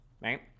right